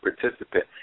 participant